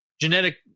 genetic